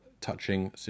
touching